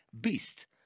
beast